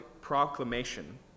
proclamation